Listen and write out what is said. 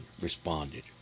responded